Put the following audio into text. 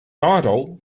idol